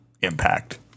impact